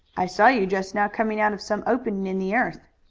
i saw you just now coming out of some opening in the earth.